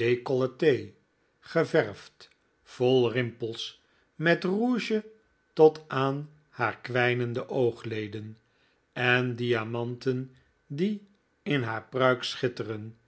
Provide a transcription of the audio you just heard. dzcolletee geverfd vol rimpels met rouge tot aan haar kwijnende oogleden en diamanten die in haar pruik schitteren